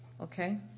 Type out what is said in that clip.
Okay